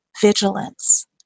vigilance